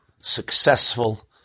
successful